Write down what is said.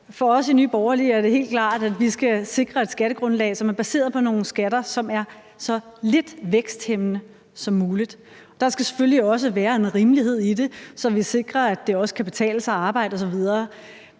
for os i Nye Borgerlige er det helt klart, at vi skal sikre et skattegrundlag, som er baseret på nogle skatter, som er så lidt væksthæmmende som muligt. Der skal selvfølgelig også være en rimelighed i det, så vi sikrer, at det også kan betale sig at arbejde osv.,